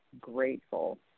grateful